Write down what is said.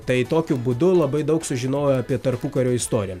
tai tokiu būdu labai daug sužinojau apie tarpukario istoriją